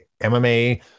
MMA